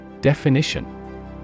Definition